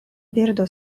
birdo